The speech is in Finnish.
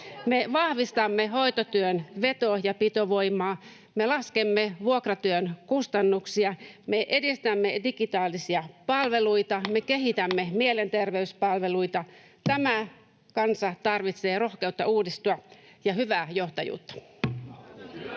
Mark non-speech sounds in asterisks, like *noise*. Me vahvistamme hoitotyön veto- ja pitovoimaa. Me laskemme vuokratyön kustannuksia. Me edistämme digitaalisia palveluita. *noise* Me kehitämme mielenterveyspalveluita. Tämä kansa tarvitsee rohkeutta uudistua ja hyvää johtajuutta.